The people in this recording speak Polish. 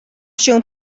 się